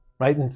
Right